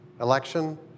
election